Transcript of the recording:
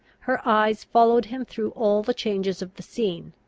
her eyes followed him through all the changes of the scene,